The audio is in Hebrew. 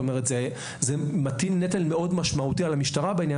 זה מטיל נטל מאוד משמעותי על המשטרה בעניין